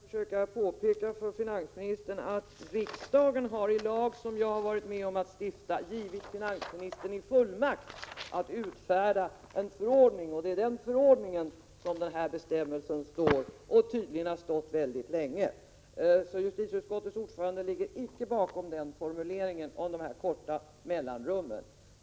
Herr talman! Då får jag påpeka för finansministern att riksdagen har i lag, som jag varit med om att stifta, givit finansministern en fullmakt att utfärda en förordning. Det är i den förordningen som denna bestämmelse står och tydligen har stått ganska länge. Justitieutskottets ordförande ligger alltså icke bakom formuleringen om korta mellanrum.